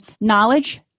knowledge